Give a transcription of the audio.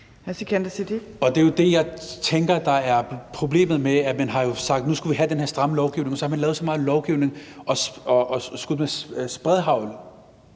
Det er jo det, jeg tænker er problemet med, at man har sagt, at nu skal vi have den her stramme lovgivning, og så har man lavet så meget lovgivning og skudt med spredehagl.